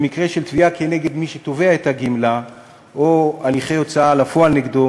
במקרה של תביעה כנגד מי שתובע את הגמלה או הליכי הוצאה לפועל נגדו.